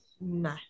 No